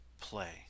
play